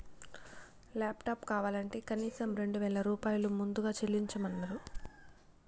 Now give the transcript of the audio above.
laptop కావాలంటే కనీసం రెండు వేల రూపాయలు ముందుగా చెల్లించమన్నరు